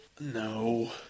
No